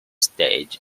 stage